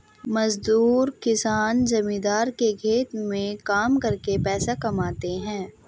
मजदूर किसान जमींदार के खेत में काम करके पैसा कमाते है